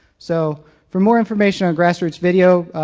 so for more information on grassroots video,